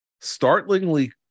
startlingly